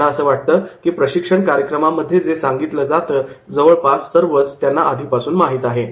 त्यांना असं वाटतं की प्रशिक्षण कार्यक्रमामध्ये जे सांगितलं जातं जवळपास सर्वच त्यांना आधीपासूनच माहित आहे